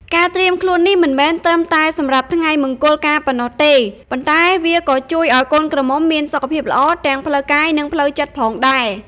ការត្រៀមខ្លួននេះមិនមែនត្រឹមតែសម្រាប់តែថ្ងៃមង្គលការប៉ុណ្ណោះទេ ប៉ុន្តែវាក៏ជួយឱ្យកូនក្រមុំមានសុខភាពល្អទាំងផ្លូវកាយ និងផ្លូវចិត្តផងដែរ។